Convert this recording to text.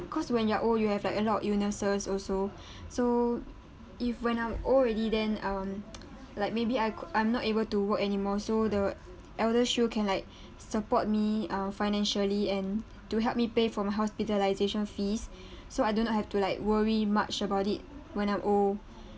because when you're old you have like a lot of illnesses also so if when I'm old already then um like maybe I I'm not able to work anymore so the eldershield can like support me uh financially and to help me pay for my hospitalisation fees so I do not have to like worry much about it when I'm old